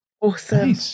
Awesome